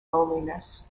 loneliness